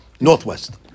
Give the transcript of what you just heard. Northwest